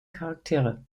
charaktere